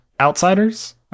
outsiders